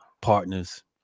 partners